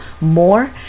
more